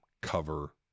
cover